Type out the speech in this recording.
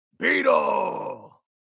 Beetle